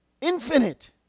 infinite